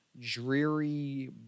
dreary